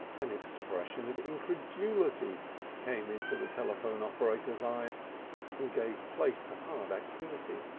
an expression of incredulity came into the telephone operator's eyes and gave place to hard activity.